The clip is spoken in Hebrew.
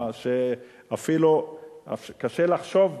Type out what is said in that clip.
קשה לחשוב,